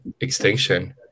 extinction